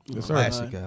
Classic